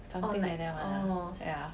something like that [one] ah ya